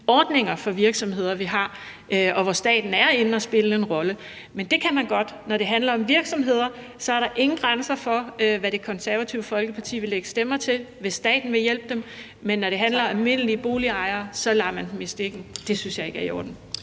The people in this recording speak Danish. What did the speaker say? som vi har, for virksomheder, og hvor staten er inde at spille en rolle. Men det kan man godt. Når det handler om virksomheder, så er der ingen grænser for, hvad Det Konservative Folkeparti vil lægge stemmer til, hvis staten vil hjælpe dem, men når det handler om almindelige boligejere, lader man dem i stikken. Det synes jeg ikke er i orden.